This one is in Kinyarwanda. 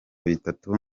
bitatu